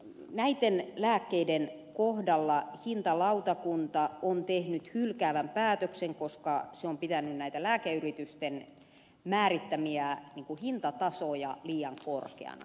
näitten lääkkeitten kohdalla hintalautakunta on tehnyt hylkäävän päätöksen koska se on pitänyt näitä lääkeyritysten määrittämiä hintatasoja liian korkeana